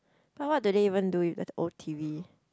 but what do they even do with the old t_v